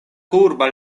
kurba